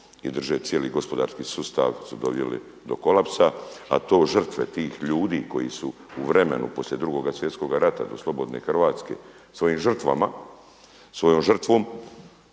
i drže cijeli gospodarski sustav su doveli do kolapsa. A to žrtve tih ljudi koji su u vremenu poslije Drugoga svjetskoga rata do slobodne Hrvatske svojim žrtvama, svojom žrtvom